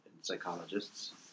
psychologists